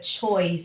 choice